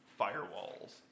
firewalls